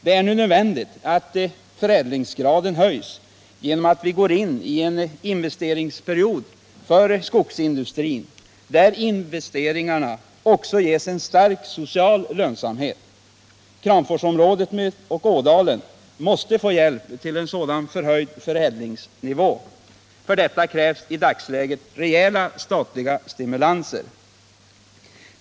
Det är nu nödvändigt att förädlingsgraden höjs genom att vi går in i en investeringsperiod för skogsindustrin där investeringarna också ges en stark social lönsamhet. Kramforsområdet och Ådalen måste få hjälp till en sådan förhöjd förädlingsnivå. För detta krävs i dagsläget rejäla statliga stimulanser.